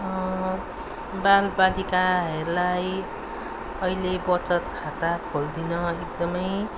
बालबालिकाहरूलाई अहिले बचत खाता खोलिदिन एकदमै